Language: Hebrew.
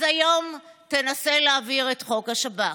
אז היום תנסה להעביר את חוק השב"כ.